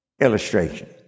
illustration